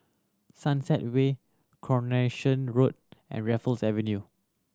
Sunset Way Coronation Road and Raffles Avenue